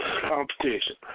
competition